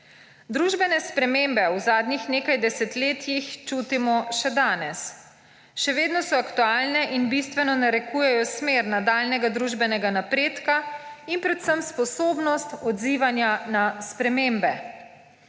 Družbene spremembe v zadnjih nekaj desetletjih čutimo še danes. Še vedno so aktualne in bistveno narekujejo smer nadaljnjega družbenega napredka in predvsem sposobnost odzivanja na spremembe.